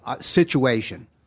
situation